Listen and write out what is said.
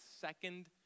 second